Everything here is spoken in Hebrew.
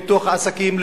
לפיתוח עסקים,